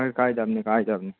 ꯍꯣꯏ ꯍꯣꯏ ꯀꯥꯏꯗꯕꯅꯤ ꯀꯥꯏꯗꯕꯅꯤ